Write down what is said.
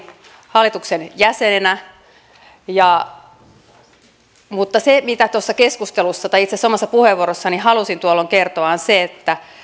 hallituksen jäsenenä mutta se mitä tuossa keskustelussa tai itse asiassa omassa puheenvuorossani halusin tuolloin kertoa on se että